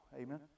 Amen